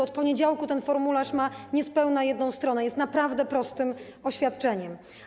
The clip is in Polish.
Od poniedziałku ten formularz ma niespełna 1 stronę, jest naprawdę prostym oświadczeniem.